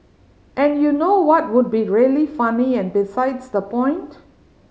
and you know what would be really funny and besides the point